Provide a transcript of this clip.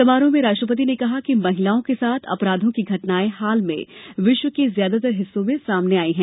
समारोह में राष्ट्रपति ने कहा कि महिलाओं के साथ अपराधों की घटनाएं हाल में विश्व के ज्यादातर हिस्सों में सामने आई हैं